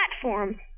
platform